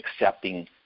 accepting